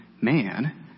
man